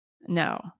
No